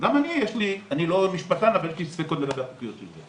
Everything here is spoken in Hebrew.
אבל אני באמצע טיעון, את לא יכולה לקחת לי את זה.